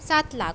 সাত লাখ